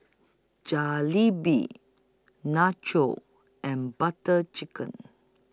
Jalebi Nachos and Butter Chicken